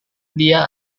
dia